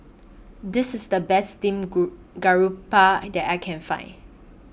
This IS The Best Steamed group Garoupa that I Can Find